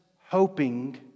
hoping